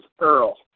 Earl